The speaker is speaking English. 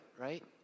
right